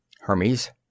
Hermes